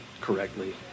correctly